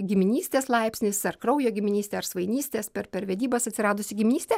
giminystės laipsnis ar kraujo giminystė ar svainystės per per vedybas atsiradusi giminystė